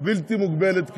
סמכות בלתי מוגבלת כמעט,